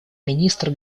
министра